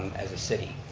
as a city.